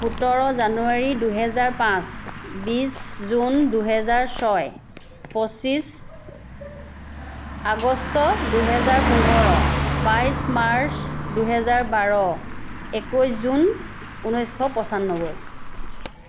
সোতৰ জানুৱাৰী দুহেজাৰ পাঁচ বিছ জুন দুহেজাৰ ছয় পঁচিছ আগষ্ট দুহেজাৰ পোন্ধৰ বাইছ মাৰ্চ দুহেজাৰ বাৰ একৈছ জুন ঊনৈছশ পঞ্চান্নব্বৈ